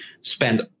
spend